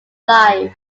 life